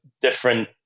different